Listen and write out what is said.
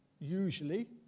Usually